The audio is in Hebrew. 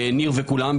ניר וכולם,